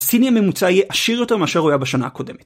סיני ממוצע יהיה עשיר יותר מאשר היה בשנה הקודמת.